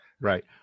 Right